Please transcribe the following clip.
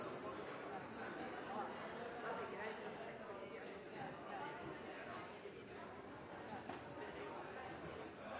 på